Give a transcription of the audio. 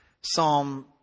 Psalm